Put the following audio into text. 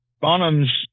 Bonham's